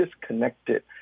disconnected